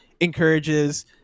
encourages